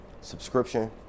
subscription